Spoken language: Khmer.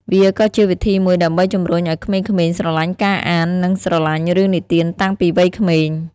វាក៏ជាវិធីមួយដើម្បីជំរុញឲ្យក្មេងៗស្រលាញ់ការអាន និងស្រឡាញ់រឿងនិទានតាំងពីវ័យក្មេង។